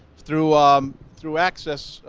through um through access,